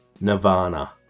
Nirvana